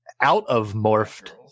out-of-morphed